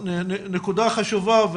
נקודה חשובה,